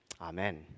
Amen